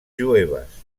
jueves